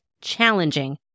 challenging